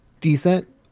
decent